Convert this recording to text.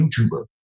YouTuber